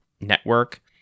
network